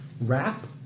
wrap